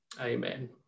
Amen